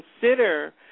consider